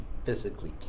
physically